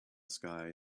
sky